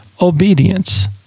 Obedience